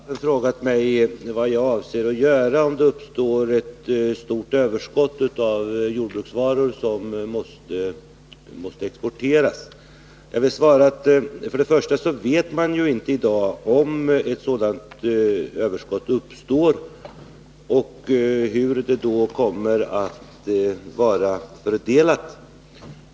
Fru talman! Grethe Lundblad har under debatten frågat mig vad jag avser att göra om det uppstår ett stort överskott av jordbruksvaror som måste exporteras. Jag vill svara följande. För det första vet vi inte i dag om ett sådant överskott kommer att uppstå och hur det i så fall kommer att vara fördelat.